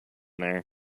there